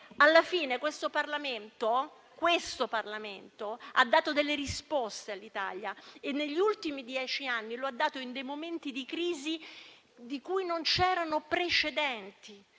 alla fine questo Parlamento abbia dato delle risposte all'Italia e negli ultimi dieci anni lo ha fatto in momenti di crisi di cui non c'erano precedenti.